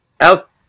out